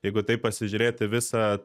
jeigu taip pasižiūrėt į visą